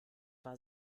war